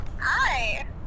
Hi